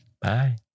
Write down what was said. Bye